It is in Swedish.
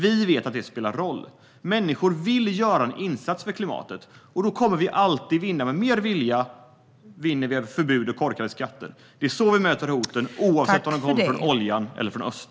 Vi vet att det är det som spelar roll. Människor vill göra en insats för klimatet, och då kommer vi alltid att vinna. Med mer vilja vinner vi över förbud och korkade skatter. Det är så vi möter hoten, oavsett om de kommer från oljan eller öst.